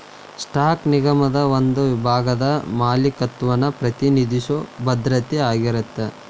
stock ನಿಗಮದ ಒಂದ ಭಾಗದ ಮಾಲೇಕತ್ವನ ಪ್ರತಿನಿಧಿಸೊ ಭದ್ರತೆ ಆಗಿರತ್ತ